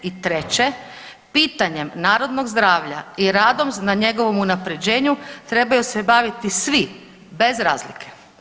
I treće, pitanjem narodnog zdravlja i radom na njegovom unapređenju trebaju se baviti svi bez razlike.